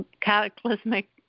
cataclysmic